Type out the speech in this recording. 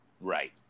Right